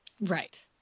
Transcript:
right